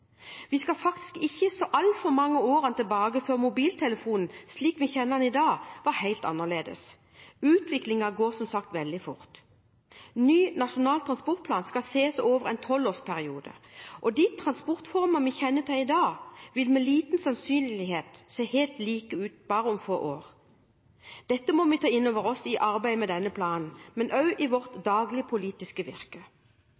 Vi skal faktisk ikke så altfor mange årene tilbake før mobiltelefonen, slik vi kjenner den i dag, var helt annerledes. Utviklingen går som sagt veldig fort. Ny nasjonal transportplan skal ses over en tolvårsperiode, og de transportformer vi kjenner til i dag, vil med liten sannsynlighet se helt like ut om bare få år. Dette må vi ta inn over oss i arbeidet med denne planen, men også i vårt